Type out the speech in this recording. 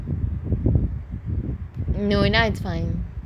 no now it's fine